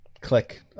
click